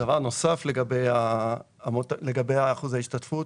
דבר נוסף לגבי אחוז ההשתתפות,